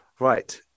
Right